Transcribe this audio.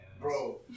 bro